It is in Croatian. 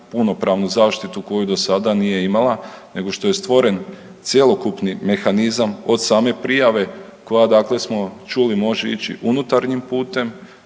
punopravnu zaštitu koju do sada nije imala nego što je stvoren cjelokupni mehanizam od same prijave koja dakle smo čuli može ići unutarnjim putem,